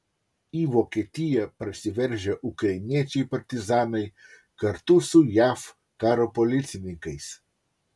į vokietiją prasiveržę ukrainiečiai partizanai kartu su jav karo policininkais